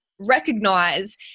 recognize